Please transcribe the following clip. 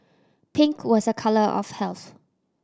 pink was a colour of health